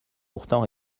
pourtant